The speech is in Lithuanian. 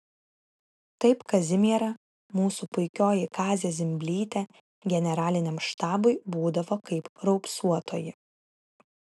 taip kazimiera mūsų puikioji kazė zimblytė generaliniam štabui būdavo kaip raupsuotoji